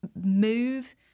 move